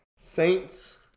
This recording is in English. Saints